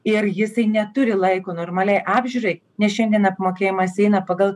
ir jisai neturi laiko normaliai apžiūrai nes šiandien apmokėjimas eina pagal